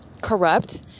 corrupt